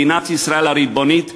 מדינת ישראל הריבונית,